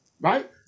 Right